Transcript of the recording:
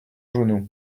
genou